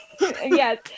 yes